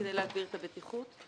כדי להגביר את הבטיחות.